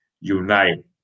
unite